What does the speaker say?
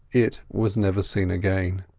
it was never seen again.